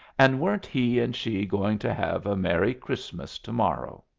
and weren't he and she going to have a merry christmas to-morrow?